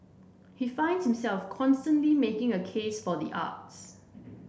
he finds himself constantly making a case for the arts